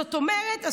זאת אומרת,